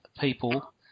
people